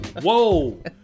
whoa